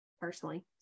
personally